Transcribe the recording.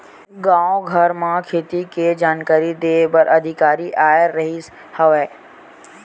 गाँव घर म खेती किसानी के जानकारी दे बर अधिकारी आए रिहिस हवय